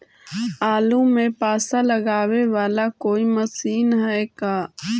आलू मे पासा लगाबे बाला कोइ मशीन है का?